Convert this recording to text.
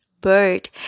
bird